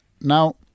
Now